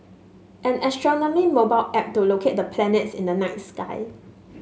an astronomy mobile app to locate the planets in the night sky